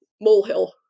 molehill